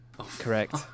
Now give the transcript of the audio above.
Correct